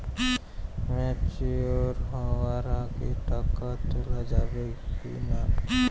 Mature হওয়ার আগে টাকা তোলা যাবে কিনা?